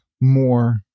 more